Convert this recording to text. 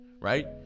Right